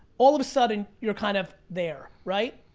all of a sudden, you're kind of there, right?